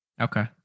Okay